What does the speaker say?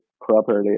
properly